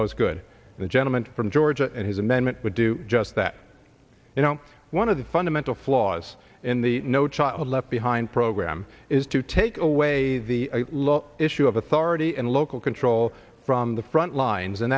most good the gentleman from georgia and his amendment would do just that you know one of the fundamental flaws in the no child left behind program is to take away the last issue of authority and local control from the front lines and